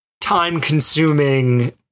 time-consuming